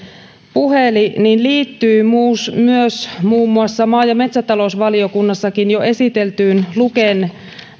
puheli liittyy myös muun muassa maa ja metsätalousvaliokunnassakin jo esiteltyyn luken